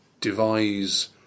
devise